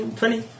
twenty